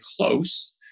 close